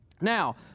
Now